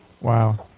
Wow